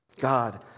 God